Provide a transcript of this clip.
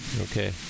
okay